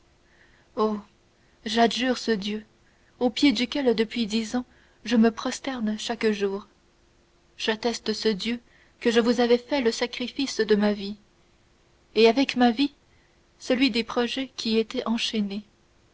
ce dieu aux pieds duquel depuis dix ans je me prosterne chaque jour j'atteste ce dieu que je vous avais fait le sacrifice de ma vie et avec ma vie celui des projets qui y étaient enchaînés